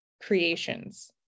creations